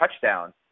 touchdown